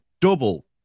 double